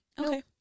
Okay